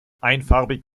einfarbig